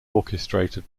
orchestrated